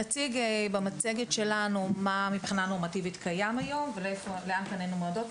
נציג במצגת שלנו מה מבחינה נורמטיבית קיים היום ולאן פנינו מועדות,